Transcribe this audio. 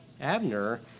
Abner